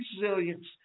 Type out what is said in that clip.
resilience